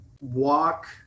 walk